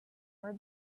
more